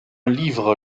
livre